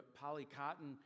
poly-cotton